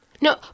No